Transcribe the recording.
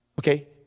okay